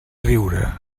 riure